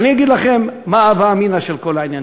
ואני אגיד לכם מה ההווה אמינא של כל העניין,